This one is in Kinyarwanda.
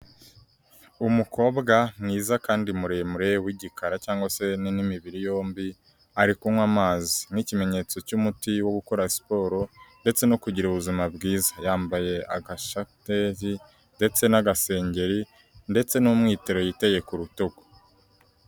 Umukobwa mwiza kandi muremure w'igikara cyangwa se ni n'imibiri yombi, ari kunywa amazi nk'ikimenyetso cy'umuti wo gukora siporo ndetse no kugira ubuzima bwiza. Yambaye agashapevi ndetse n'agasengeri ndetse n'umwitero yiteye ku rutugu.